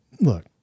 Look